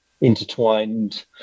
intertwined